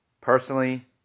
Personally